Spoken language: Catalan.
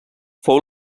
fou